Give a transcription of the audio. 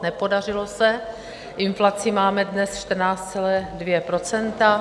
Nepodařilo se, inflaci máme dnes 14,2 %.